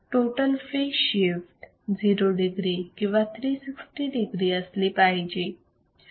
total phase shift 0 degree किंवा 360 degree असली पाहिजे हा पहिला क्रायटेरिया आहे